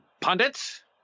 pundits